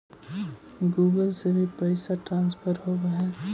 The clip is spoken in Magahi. गुगल से भी पैसा ट्रांसफर होवहै?